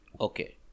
Okay